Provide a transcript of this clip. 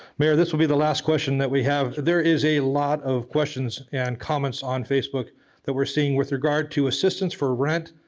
mayor this will be the last question that we have. there is a lot of questions and comments on facebook that we're seeing with regard to assistance for rent,